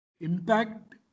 impact